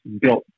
built